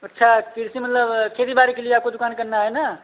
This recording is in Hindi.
अच्छा कृषि मतलब खेती बाड़ी के लिए आपको दुकान करना है ना